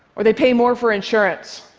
or they pay more for insurance.